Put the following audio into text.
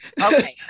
Okay